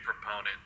proponent